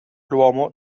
l’uomo